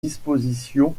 dispositions